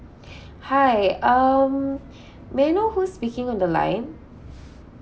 hi um may I know who's speaking on the line